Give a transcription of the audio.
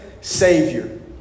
Savior